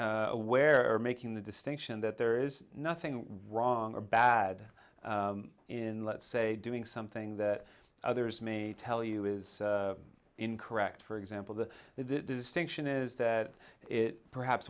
aware or making the distinction that there is nothing wrong or bad in let's say doing something that others me tell you is incorrect for example the distinction is that it perhaps